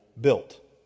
built